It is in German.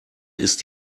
ist